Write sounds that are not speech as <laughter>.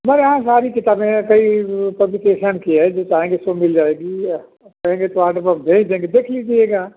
हमारे यहाँ सारी किताबें हैं कई पब्लिकेशन की हैं जो चाहेंगे सौ मिल जाएगी कहेंगे तो <unintelligible> भेज देंगे देख लीजिएगा